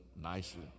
nicely